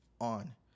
on